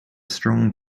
strong